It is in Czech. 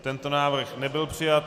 Tento návrh nebyl přijat.